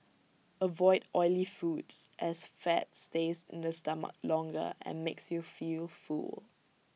avoid oily foods as fat stays in the stomach longer and makes you feel full